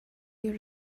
you